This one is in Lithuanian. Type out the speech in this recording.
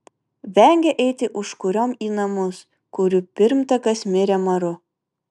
vengė eiti užkuriom į namus kurių pirmtakas mirė maru